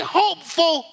hopeful